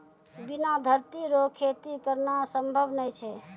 बिना धरती रो खेती करना संभव नै छै